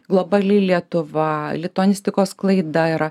globali lietuva lituanistikos sklaida yra